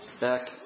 back